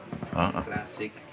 Classic